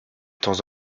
temps